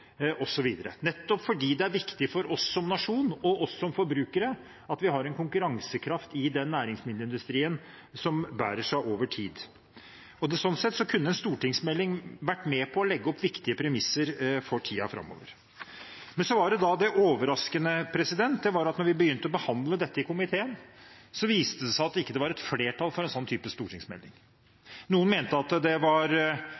nettopp fordi det er viktig for oss som nasjon og som forbrukere at vi har en konkurransekraft i næringsmiddelindustrien som bærer seg over tid. En stortingsmelding kunne slik sett vært med på å legge viktige premisser for tiden framover. Det var overraskende at da vi begynte å behandle dette i komiteen, viste det seg at det ikke var flertall for en slik stortingsmelding. Noen mente det var unødvendig, at vi hadde hatt en stortingsmelding som omhandlet industrien, og at de generelle rammebetingelsene kanskje er det viktigste. Det andre var